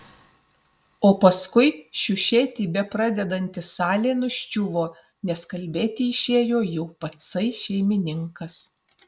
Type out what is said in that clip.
o paskui šiušėti bepradedanti salė nuščiuvo nes kalbėti išėjo jau patsai šeimininkas